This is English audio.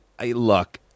look